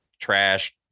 trash